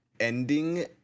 ending